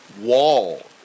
wall –